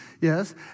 Yes